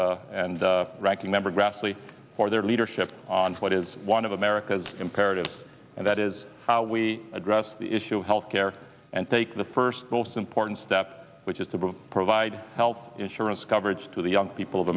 baucus and ranking member grassley for their leadership on what is one of america's imperative and that is how we address the issue of health care and take the first post important step which is to provide health insurance coverage to the young people of